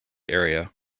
area